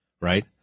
right